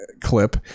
clip